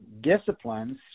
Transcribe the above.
disciplines